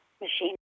machine